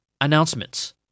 announcements